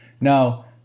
Now